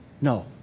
No